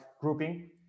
grouping